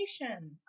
information